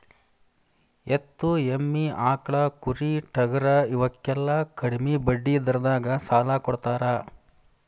ಎತ್ತು, ಎಮ್ಮಿ, ಆಕ್ಳಾ, ಕುರಿ, ಟಗರಾ ಇವಕ್ಕೆಲ್ಲಾ ಕಡ್ಮಿ ಬಡ್ಡಿ ದರದಾಗ ಸಾಲಾ ಕೊಡತಾರ